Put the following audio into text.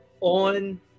on